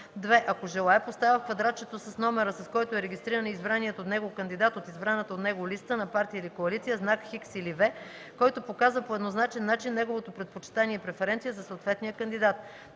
2. ако желае, поставя в квадратчето с номера, с който е регистриран избраният от него кандидат от избраната от него листа на партия или коалиция, знак „Х” или „V”, който показва по еднозначен начин неговото предпочитание (преференция) за съответния кандидат;